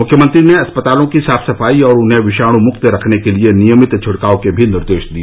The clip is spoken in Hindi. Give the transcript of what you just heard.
मुख्यमंत्री ने अस्पतालों की साफ सफाई और उन्हें विषाणुमुक्त रखने के लिए नियमित छिड़काव के भी निर्देश दिए